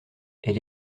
elle